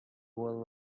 world